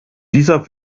dieser